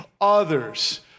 others